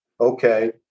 okay